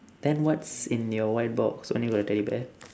then what's in your white box only got a teddy bear